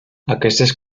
aquestes